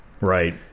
Right